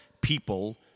people